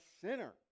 sinner